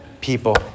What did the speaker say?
people